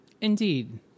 indeed